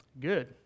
Good